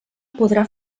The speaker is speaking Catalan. podrà